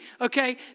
okay